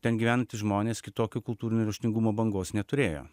ten gyvenantys žmonės kitokio kultūrinio raštingumo bangos neturėjo